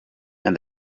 and